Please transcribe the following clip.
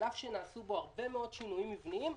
על אף שנעשו בו הרבה מאוד שינויים מבניים,